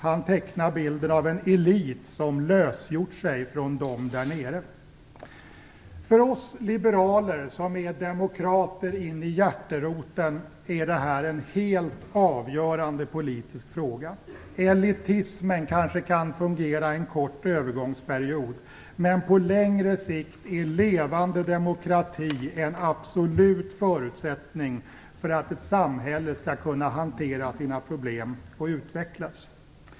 Han tecknar bilden av en elit som lösgjort sig från dem där nere. För oss liberaler, som är demokrater in i hjärteroten, är detta en helt avgörande politisk fråga. Elitismen kanske kan fungera en kort övergångsperiod. Men på längre sikt är en levande demokrati en absolut förutsättning för att ett samhälle skall kunna hantera sina problem och utvecklas.